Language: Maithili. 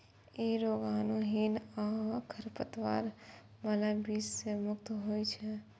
ई रोगाणुहीन आ खरपतवार बला बीज सं मुक्त होइ छै